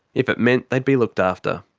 if it meant they'd be looked after.